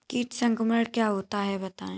कीट संक्रमण क्या होता है बताएँ?